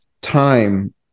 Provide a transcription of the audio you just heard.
time